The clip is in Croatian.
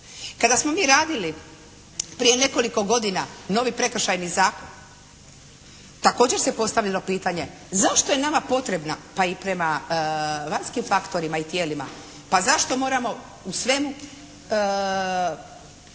Kada smo mi radili prije nekoliko godina novi Prekršajni zakon također se postavilo pitanje zašto je nama potrebna pa i prema …/Govornica se ne razumije./… faktorima i tijelima, pa zašto moramo u svemu